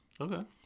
Okay